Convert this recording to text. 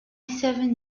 seven